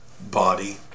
body